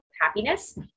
Happiness